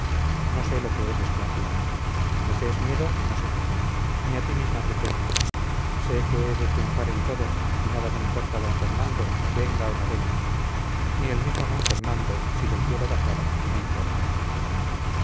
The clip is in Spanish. no sé lo que es desconfianza lo que es miedo no sé ni a ti misma te temo sé que he de triunfar de todo y nada me importa d fernando venga o no venga ni el mismo san fernando si del cielo bajara me importaría